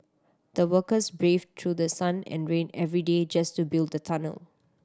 the workers braved through the sun and rain every day just to build the tunnel